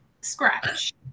scratch